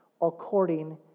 according